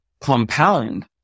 compound